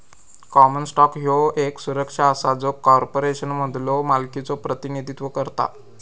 common stock ह्यो येक सुरक्षा असा जो कॉर्पोरेशनमधलो मालकीचो प्रतिनिधित्व करता